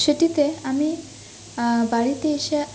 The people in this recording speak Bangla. সেটিতে আমি বাড়িতে এসে